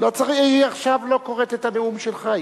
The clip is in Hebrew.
היא עכשיו לא קוראת את הנאום שלך,